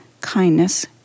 kindness